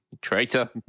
traitor